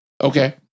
Okay